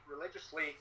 religiously